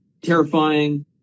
terrifying